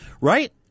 right